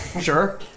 Sure